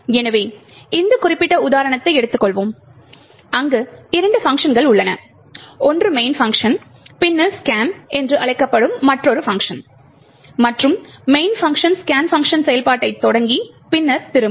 எனவே இந்த குறிப்பிட்ட உதாரணத்தை எடுத்துக்கொள்வோம் அங்கு இரண்டு பங்க்ஷன்கள் உள்ளன ஒன்று main பங்க்ஷன் பின்னர் ஸ்கேன் என்று அழைக்கப்படும் மற்றொரு பங்க்ஷன் மற்றும் main பங்க்ஷன் ஸ்கேன் செயல்பாட்டைத் தொடங்கி பின்னர் திரும்பும்